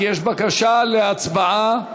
כי יש בקשה להצבעה שמית.